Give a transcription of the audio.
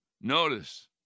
Notice